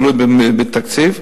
תלוי בתקציב,